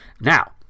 Now